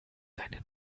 seinen